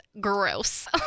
gross